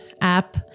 app